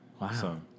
Wow